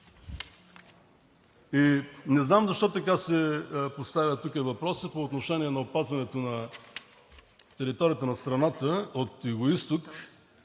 не знам защо тук се поставя въпросът по отношение опазването на територията на страната от югоизток,